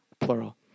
plural